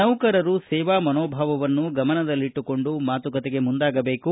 ನೌಕರರು ಸೇವಾ ಮನೋಭಾವವನ್ನು ಗಮನದಲ್ಲಿಟ್ಟುಕೊಂಡು ಮಾತುಕತೆಗೆ ಮುಂದಾಗಬೇಕು